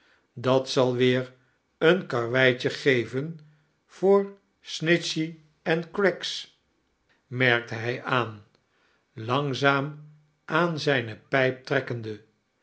dat zal weer een karwedtje geiven voor snitchey en craggs merkte hij aan langzaam aan zijne pijp toekkenide